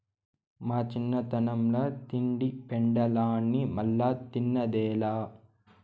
మా చిన్నతనంల తింటి పెండలాన్ని మల్లా తిన్నదేలా